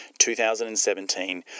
2017